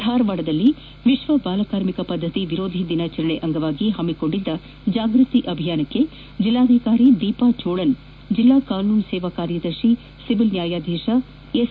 ಧಾರವಾಡದಲ್ಲಿ ವಿಶ್ವ ಬಾಲ ಕಾರ್ಮಿಕ ಪದ್ಧತಿ ವಿರೋಧಿ ದಿನಾಚರಣೆ ಅಂಗವಾಗಿ ಹಮ್ಮಿಕೊಂಡಿದ್ದ ಜಾಗೃತಿ ಅಭಿಯಾನಕ್ಕೆ ಬೆಲ್ಲಾಧಿಕಾರಿ ದೀಪಾ ಚೋಳನ್ ಜೆಲ್ಲಾ ಕಾನೂನು ಸೇವಾ ಕಾರ್ಯದರ್ಶಿ ಸಿವಿಲ್ ನ್ಯಾಯಧೀಶ ಎಸ್